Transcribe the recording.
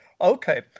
Okay